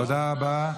תודה רבה.